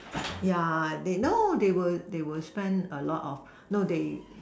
yeah they no they will they will spend a lot of no they